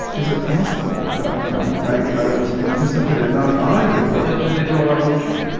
is it possible that i'm i i was anticipated not i did. but it the digital revolution?